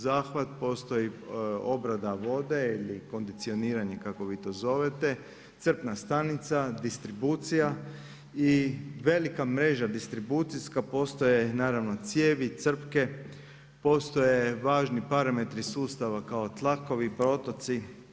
Zahvat postoji obrada vode ili kondicioniranje, kako vi to zovete, crpna stanica, distribucija i velika mreža distribucijska postoje naravno cijevi, crpke, postoje važni parametri sustava kao tlakovi i protoci.